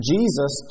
Jesus